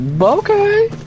Okay